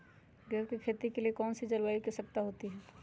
गेंहू की खेती के लिए कौन सी जलवायु की आवश्यकता होती है?